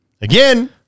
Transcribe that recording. Again